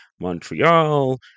Montreal